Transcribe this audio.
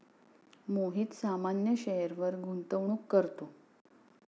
मोहित सामान्य शेअरवर गुंतवणूक करतो